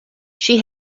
she